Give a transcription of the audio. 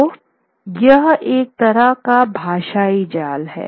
तो यह एक तरह का भाषाई जाल है